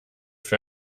für